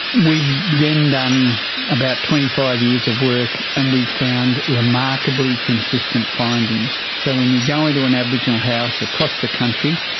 we've then done about twenty five years of work and we've found remarkably consistent findings. so when you go into an aboriginal house across the country,